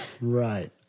Right